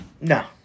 No